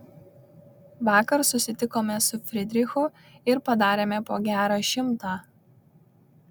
vakar susitikome su fridrichu ir padarėme po gerą šimtą